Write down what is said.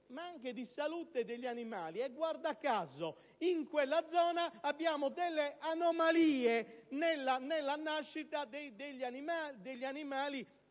ma anche di salute degli animali. Guarda caso, in quella zona, si riscontrano anomalie alla nascita di animali